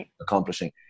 accomplishing